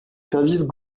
services